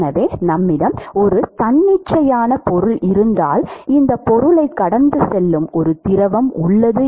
எனவே நம்மிடம் ஒரு தன்னிச்சையான பொருள் இருந்தால் இந்த பொருளைக் கடந்து செல்லும் ஒரு திரவம் உள்ளது